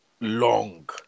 long